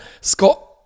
Scott